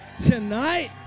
tonight